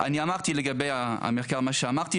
אני אמרתי לגבי המחקר מה שאמרתי,